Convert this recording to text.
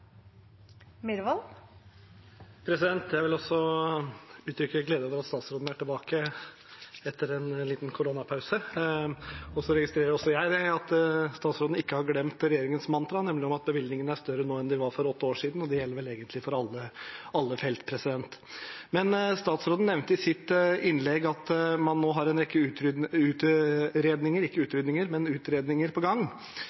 tilbake etter en liten koronapause. Så registrerer også jeg at statsråden ikke har glemt regjeringens mantra, nemlig at bevilgningene er større nå enn de var for åtte år siden. Det gjelder vel egentlig for alle felt. Statsråden nevnte i sitt innlegg at man nå har en rekke utredninger på gang.